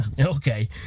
Okay